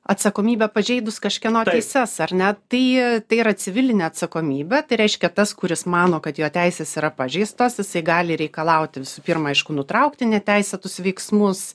atsakomybę pažeidus kažkieno teises ar ne tai tai yra civilinė atsakomybė tai reiškia tas kuris mano kad jo teisės yra pažeistos jisai gali reikalauti visų pirma aišku nutraukti neteisėtus veiksmus